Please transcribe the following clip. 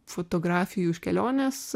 fotografijų iš kelionės